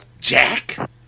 Jack